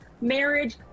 marriage